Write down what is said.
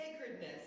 sacredness